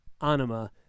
Anima